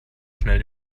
schnell